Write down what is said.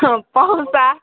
हँ पाउँछ